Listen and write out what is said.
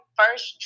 first